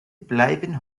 bleiben